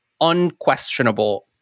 unquestionable